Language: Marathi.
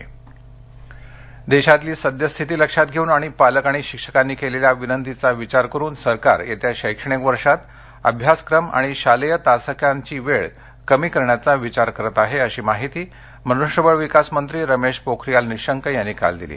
अभ्यासक्रम देशातली सद्यस्थिती लक्षात घेऊन आणि पालक आणि शिक्षकांनी केलेल्या विनंतीचा विचार करुन सरकार येत्या शैक्षणिक वर्षात अभ्यासक्रम आणि शालेय तासिकांची वेळ कमी करण्याचा विचार करत आहे अशी माहिती मनुष्यबळ विकास मंत्री रमेश पोखरियाल निशंक यांनी काल दिली